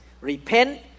repent